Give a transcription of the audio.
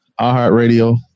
iHeartRadio